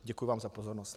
Děkuji vám za pozornost.